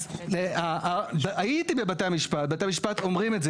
כי אין מספיק אפשרויות.